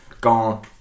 Gone